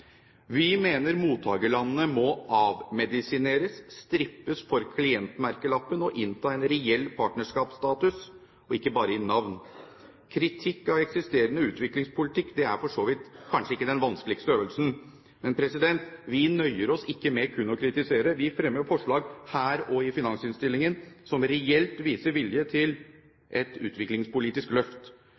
Vi mener mottakerlandene må avmedisineres, strippes for klientmerkelappen og innta en reell partnerskapsstatus, og ikke bare i navnet. Kritikk av eksisterende utviklingspolitikk er for så vidt ikke den vanskeligste øvelsen, men vi nøyer oss ikke med kun å kritisere. Vi fremmer forslag her og i finansinnstillingen som reelt viser vilje til et utviklingspolitisk løft.